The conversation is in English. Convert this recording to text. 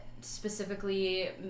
specifically